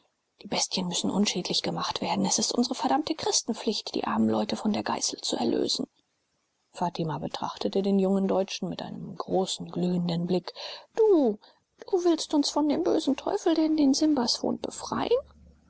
die bestien müssen unschädlich gemacht werden es ist unsre verdammte christenpflicht die armen leute von der geißel zu erlösen fatima betrachtete den jungen deutschen mit einem großen glühenden blick du du willst uns von dem bösen teufel der in den simbas wohnt befreien